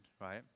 right